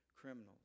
criminals